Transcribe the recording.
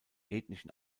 ethischen